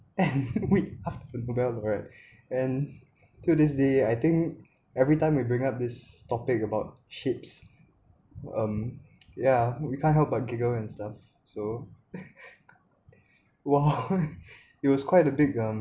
and a week after nobel laurate and till this day I think every time we bring up this topic about sheeps um yeah we can't help but giggle and stuff so !wah! it was quite a big um